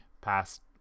past